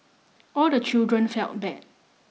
all the children felt bad